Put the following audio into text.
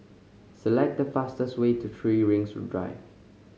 select the fastest way to Three Rings Drive